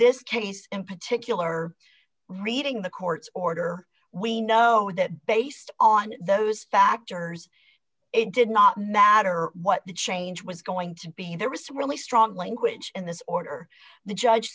this case in particular reading the court's order we know that based on those factors it did not matter what the change was going to be there was some really strong language in this order the judge